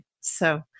So-